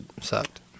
sucked